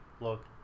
look